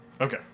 Okay